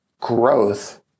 growth